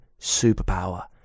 superpower